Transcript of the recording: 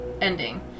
ending